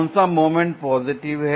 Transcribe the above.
कौन सा moment positive है